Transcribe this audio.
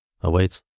awaits